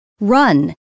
Run